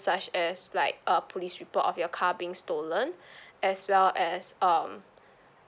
such as like a police report of your car being stolen as well as um